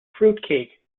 fruitcake